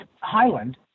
Highland